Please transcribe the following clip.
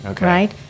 right